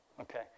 Okay